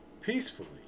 peacefully